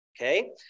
Okay